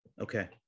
okay